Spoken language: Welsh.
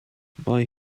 mae